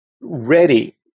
ready